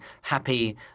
happy